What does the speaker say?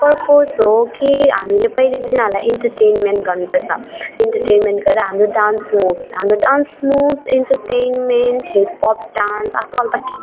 purpose हो कि हामीले पहिले तिनीहरूलाई इन्टर्टेन्मेन्ट गर्नु पर्छ इन्टर्टेन्मेन्ट गरेर हाम्रो डान्स मुभ्स हाम्रो dance moves entertainment hip hop dance आज कल त